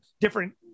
different